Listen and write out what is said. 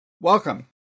Welcome